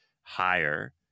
higher